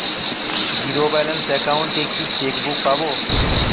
Zero balance account এ কি cheque book পাব?